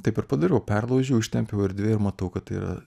taip ir padariau perlaužiau užtempiau erdvėj ir matau kad tai yra